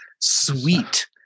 Sweet